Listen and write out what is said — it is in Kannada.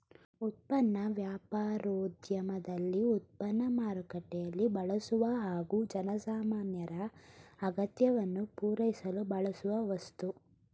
ಉತ್ಪನ್ನ ವ್ಯಾಪಾರೋದ್ಯಮದಲ್ಲಿ ಉತ್ಪನ್ನ ಮಾರುಕಟ್ಟೆಯಲ್ಲಿ ಬಳಸುವ ಹಾಗೂ ಜನಸಾಮಾನ್ಯರ ಅಗತ್ಯವನ್ನು ಪೂರೈಸಲು ಬಳಸುವ ವಸ್ತು